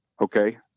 Okay